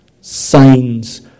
signs